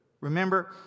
Remember